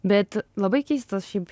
bet labai keistas šiaip